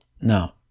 Now